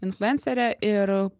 influencere ir